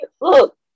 look